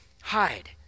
Hide